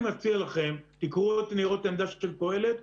אני מציע לכם: תקראו את ניירות העמדה של קהלת,